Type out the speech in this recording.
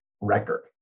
record